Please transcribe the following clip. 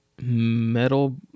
metal